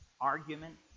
argument